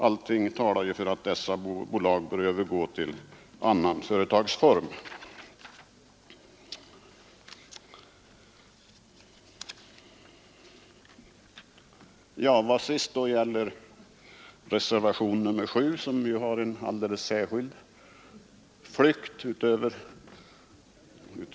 Allting talar för att dessa bolag bör övergå till annan företagsform. Vad sist gäller reservationen 7, är den ett ganska märkligt aktstycke.